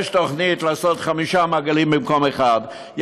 יש תוכנית לעשות חמישה מעגלים במקום אחד,